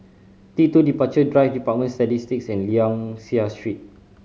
T Two Departure Drive Department of Statistics and Liang Seah Street